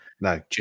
no